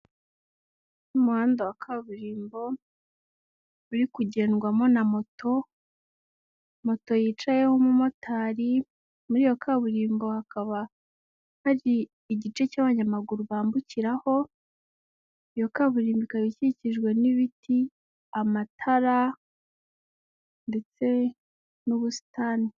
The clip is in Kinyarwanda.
Umuhanda wa kaburimbo uri kugendwamo na moto, moto yicayeho umumotari, muri iyo kaburimbo hakaba hari igice cy'abanyamaguru bambukiraho iyo kaburimbo ikaba ikikijwe n'ibiti, amatara ndetse n'ubusitani.